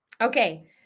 Okay